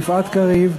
יפעת קריב,